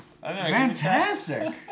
Fantastic